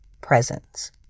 presence